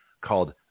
called